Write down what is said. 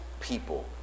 people